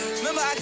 Remember